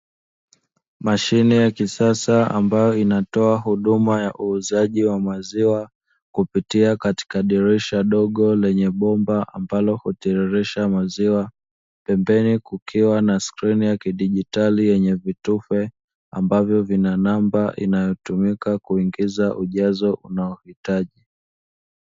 Mashine ya kisasa ambayo inatoa huduma ya uuzaji wa maziwa kupitia katika dirisha dogo lenye bomba ambalo hutiririsha maziwa, pembeni kukiwa na skrini ya kidigitali yenye vitufe ambavyo vina namba inayotumika kuingiza ujazo unaohitaji.